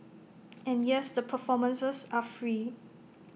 and yes the performances are free